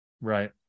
Right